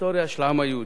ההיסטוריה של העם היהודי.